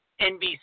NBC